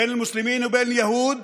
בין המוסלמים ליהודים,